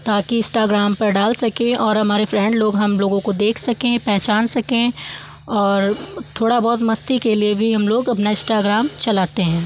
ताकि इस्टाग्राम पर डाल सकें और हमारे फ्रेंड लोग हमको देख सकें पहचान सकें और थोड़ा बहुत मस्ती के लिए भी हम लोग अपना इस्टाग्राम चलाते हैं